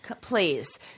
Please